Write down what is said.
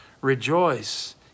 Rejoice